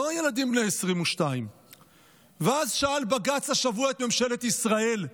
לא ילדים בני 22. ואז שאל בג"ץ השבוע את ממשלת ישראל: